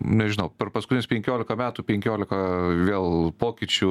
nežinau per paskutinius penkiolika metų penkiolika vėl pokyčių